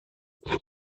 waar